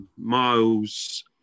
Miles